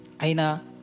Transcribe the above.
Aina